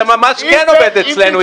אתה ממש כן עובד אצלנו.